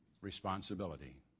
responsibility